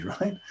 right